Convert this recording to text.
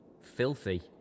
Filthy